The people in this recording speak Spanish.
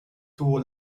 tuvo